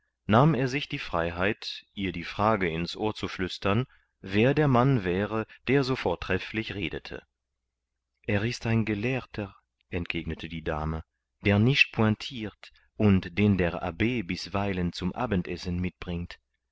nahm er sich die freiheit ihr die frage ins ohr zu flüstern wer der mann wäre der so vortrefflich redete er ist ein gelehrter entgegnete die dame der nicht pointirt und den der abb bisweilen zum abendessen mitbringt